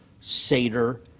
Seder